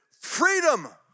freedom